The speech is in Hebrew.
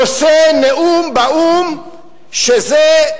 נושא נאום באו"ם שזה,